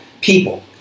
people